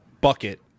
bucket